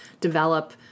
develop